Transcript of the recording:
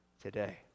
today